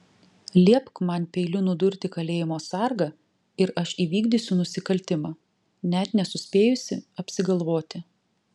liepk man peiliu nudurti kalėjimo sargą ir aš įvykdysiu nusikaltimą net nesuspėjusi apsigalvoti